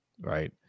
right